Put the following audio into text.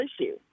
issue